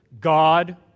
god